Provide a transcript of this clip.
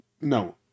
no